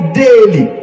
daily